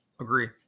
Agree